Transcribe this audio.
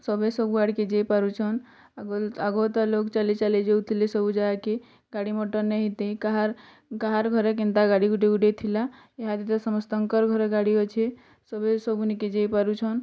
ସବେ ସବୁଆଡ଼କେ ଯେଇପାରୁଛନ୍ ଆଗ ଆଗରୁ ତ ଲୋଗ୍ ଚାଲି ଚାଲି ଯେଉଥିଲେ ସବୁ ଯାଗାକେ ଗାଡ଼ି ମଟର୍ ନେହି ଥି କାହାର୍ କାହାର୍ ଘରେ କେନ୍ତା ଗାଡ଼ି ଗୋଟେ ଗୋଟେ ଥିଲା ଇହାଦେ ତ ସମସ୍ତଙ୍କର୍ ଘରେ ଗାଡ଼ି ଅଛି ସବେ ସବୁ ନିକେ ଯେଇପାରୁଛନ୍